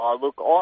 look